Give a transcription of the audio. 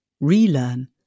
relearn